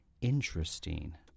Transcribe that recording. interesting